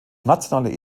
nationaler